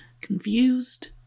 confused